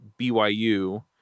BYU